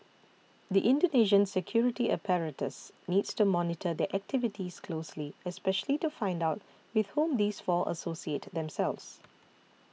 the Indonesian security apparatus needs to monitor their activities closely especially to find out with whom these four associate themselves